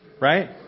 Right